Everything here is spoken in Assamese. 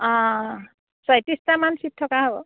ছয়ত্ৰিছটামান ছিট থকা হ'ব